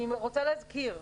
אני רוצה להזכיר.